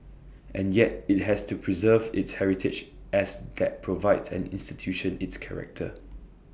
and yet IT has to preserve its heritage as that provides an institution its character